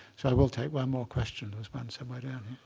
so i will take one more question. there's one somewhere down